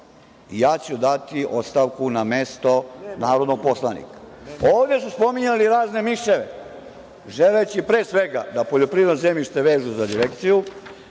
i ja ću dati ostavku na mesto narodnog poslanika. Ovde su spominjali razne miševe, želeći pre svega da poljoprivredno zemljište vežu za direkciju